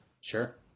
Sure